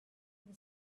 the